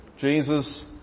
Jesus